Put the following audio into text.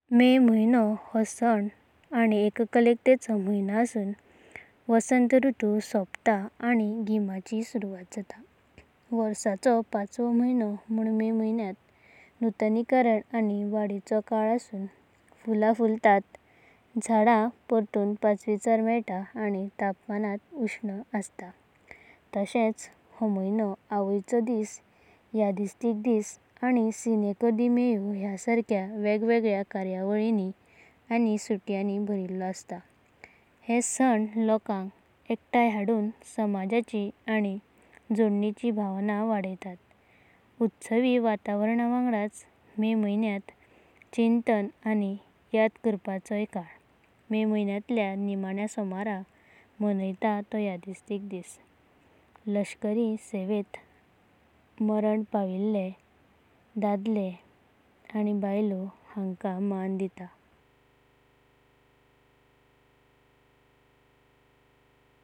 मे महिनो हो उत्सव आनी एककल्पताचो महिनो आसुना, वसंत ऋतूचो शेवट आनी गीमाची सुरवट जाता। वर्षाचो पांचवो महिनो मुन मे महिन्यांत नूतनीकरण आनी वाडीचो काळ आसून फुलां फुलतात। झडां परतून पाचवीचार मलतात आनी तापमान उस्ण आसात। अशेंचो हो महिनो अवयाचो दिस, यादस्तिका दिस, सिंको द मायो ह्या सरक्यां वेगवेगल्या कार्यांवळींनी। आनी सुट्यांनी भरिल्लो आसात। हे उत्सव लोकांक एकठण्या हाडून समाजाची आनी जोडणीची भावना वढायतात। उत्सावी वातावरणांगडाचो मे महिन्यांत चिंतन आनी याद करपाचोया काळ। मे महिन्यांतल्या निमण्यां सोमरा मनायतात तो यादस्तिका दिस लष्करी सेवेंत। आसतान मारण पावल्ये दादले-बायलांक मना दितात। आपल्या देशाची सेवा केलेल्या लोकांनी केलेल्या त्यागाचो हो दिस एक गंभीर याद करूण देता।